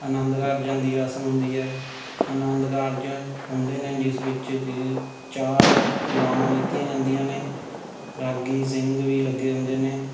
ਅਨੰਦ ਕਾਰਜਾਂ ਦੀ ਰਸਮ ਹੁੰਦੀ ਹੈ ਅਨੰਦ ਕਾਰਜ ਹੁੰਦੇ ਨੇ ਜਿਸ ਵਿੱਚ ਕਿ ਚਾਰ ਲਾਵਾਂ ਲਿੱਤੀਆਂ ਜਾਂਦੀਆਂ ਨੇ ਰਾਗੀ ਸਿੰਘ ਵੀ ਲੱਗੇ ਹੁੰਦੇ ਨੇ